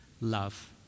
love